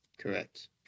correct